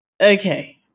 Okay